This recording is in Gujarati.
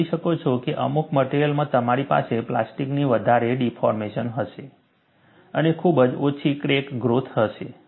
તમે જોઈ શકો છો કે અમુક મટેરીઅલમાં તમારી પાસે પ્લાસ્ટિકની વધારે ડિફોર્મેશન હશે અને ખૂબ જ ઓછી ક્રેક ગ્રોથ થશે